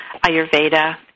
Ayurveda